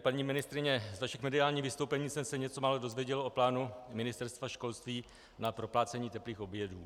Paní ministryně, z vašich mediálních vystoupení jsem se něco málo dozvěděl o plánu Ministerstva školství na proplácení teplých obědů.